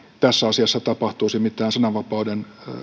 tässä asiassa tapahtuisi mitään sananvapauden